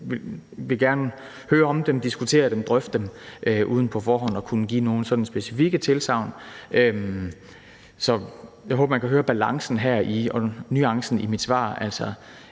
jeg gerne høre om og diskutere og drøfte uden på forhånd at kunne give nogle specifikke tilsagn. Så jeg håber, at man kan høre balancen og nuancerne i mit svar,